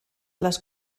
les